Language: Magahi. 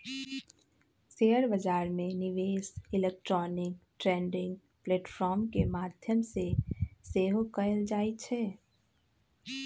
शेयर बजार में निवेश इलेक्ट्रॉनिक ट्रेडिंग प्लेटफॉर्म के माध्यम से सेहो कएल जाइ छइ